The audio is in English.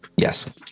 Yes